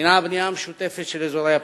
הינה הבנייה המשותפת של אזורי הפיתוח,